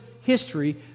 history